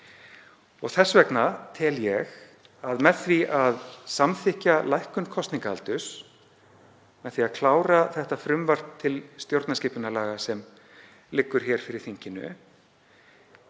Þess vegna tel ég að með því að samþykkja lækkun kosningaaldurs, með því að klára það frumvarp til stjórnarskipunarlaga sem liggur hér fyrir þinginu,